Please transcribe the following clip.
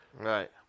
Right